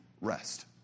rest